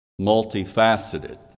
multifaceted